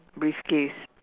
briefcase